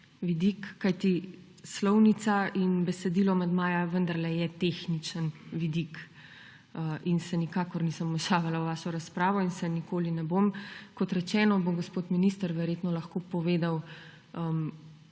vidik. Kajti slovnica in besedilo amandmaja vendarle sta tehnični vidik. In se nikakor nisem vmešavala v vašo razpravo in se nikoli ne bom. Kot rečeno, bo gospod minister verjetno lahko povedal,